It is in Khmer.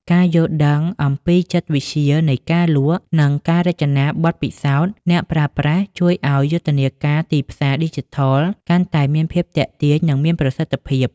ការយល់ដឹងអំពីចិត្តវិទ្យានៃការលក់ និងការរចនាបទពិសោធន៍អ្នកប្រើប្រាស់ ជួយឱ្យយុទ្ធនាការទីផ្សារឌីជីថលកាន់តែមានភាពទាក់ទាញ និងមានប្រសិទ្ធភាព។